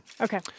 Okay